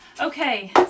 Okay